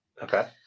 Okay